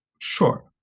Sure